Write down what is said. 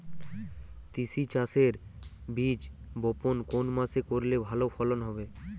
তিসি চাষের বীজ বপন কোন মাসে করলে ভালো ফলন হবে?